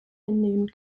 hinnehmen